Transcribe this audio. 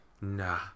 nah